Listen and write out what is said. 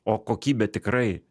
o kokybė tikrai